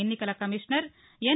ఎన్నికల కమీషనర్ ఎన్